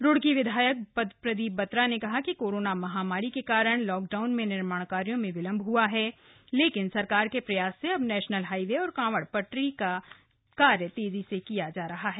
रुड़की विधायक प्रदीप बत्रा ने कहा कि कोरोना महामारी के कारण लॉकडाउन में निर्माण कार्यो में विलंब हुआ है लेकिन सरकार के प्रयास से अब नेशनल हाईवे और कावड़ पटरी का कार्य तेज़ी से किया जा रहा है